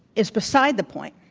is beside the point.